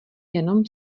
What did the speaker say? jenom